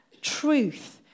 Truth